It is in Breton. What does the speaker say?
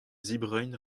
zebriñ